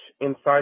inside